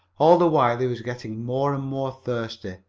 all the while he was getting more and more thirsty,